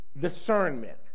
discernment